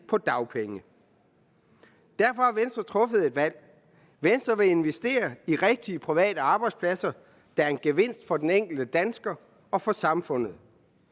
på dagpenge. Derfor har Venstre truffet et valg. Venstre vil investere i rigtige private arbejdspladser, der er en gevinst for den enkelte dansker og for samfundet.